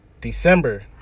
december